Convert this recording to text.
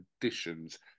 conditions